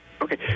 Okay